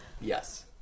Yes